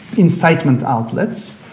incitement outlets.